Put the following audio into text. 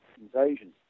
invasion